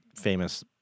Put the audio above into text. famous